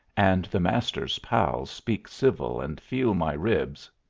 and the master's pals speak civil and feel my ribs,